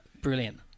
Brilliant